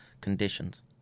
conditions